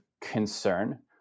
concern